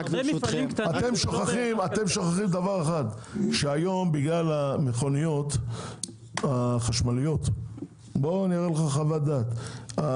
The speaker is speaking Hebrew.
אתם שוכחים שהיום בגלל המכוניות החשמליות אראה לך חוות דעת,